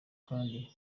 kandi